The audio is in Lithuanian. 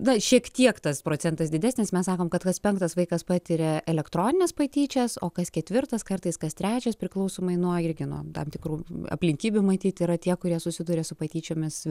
na šiek tiek tas procentas didesnis mes sakom kad kas penktas vaikas patiria elektronines patyčias o kas ketvirtas kartais kas trečias priklausomai nuo irgi nuo tam tikrų aplinkybių matyt yra tie kurie susiduria su patyčiomis